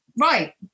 Right